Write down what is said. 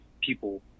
people